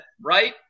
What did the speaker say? right